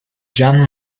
jan